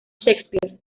shakespeare